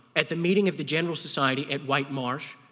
at the meeting of the general society at white marsh,